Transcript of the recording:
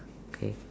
okay